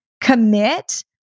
commit